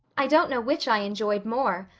i don't know which i enjoyed more.